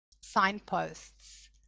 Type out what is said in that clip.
signposts